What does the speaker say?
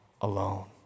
alone